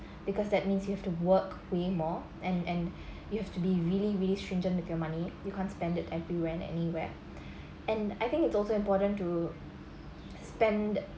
because that means you have to work way more and and you have to be really really stringent with your money you can't spend it everywhere and anywhere and I think it's also important to spend